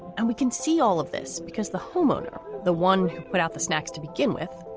and we can see all of this because the homeowner, the one put out the snacks to begin with,